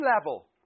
level